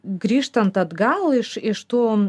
grįžtant atgal iš iš tų